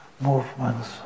movements